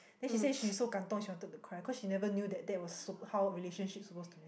then she say she's so 感动 :gan dong she wanted to cry cause she never knew that that was super how relationship supposed to be